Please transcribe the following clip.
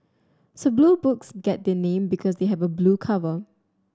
so Blue Books get their name because they have a blue cover